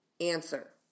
answer